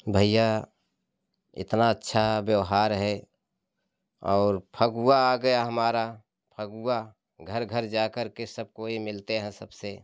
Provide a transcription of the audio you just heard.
भईया इतना अच्छा व्यवहार है और फगुआ आ गया हमारा फगुआ घर घर जाकर के सब कोई मिलते हैं सबसे